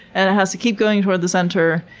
and it has to keep going toward the center,